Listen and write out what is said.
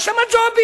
יש שם ג'ובים.